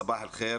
סבאח אל חיר,